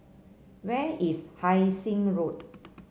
where is Hai Sing Road